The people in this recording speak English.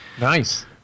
nice